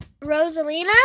Rosalina